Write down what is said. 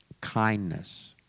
kindness